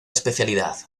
especialidad